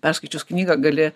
perskaičius knygą gali